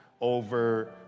over